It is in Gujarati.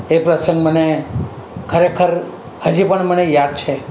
એ પ્રસંગ મને ખરેખર હજી પણ મને યાદ છે